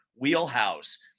wheelhouse